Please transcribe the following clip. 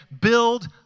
build